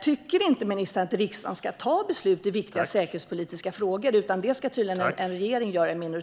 Tycker ministern inte att riksdagen ska ta beslut i viktiga säkerhetspolitiska frågor? Det ska tydligen en minoritetsregering göra.